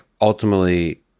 ultimately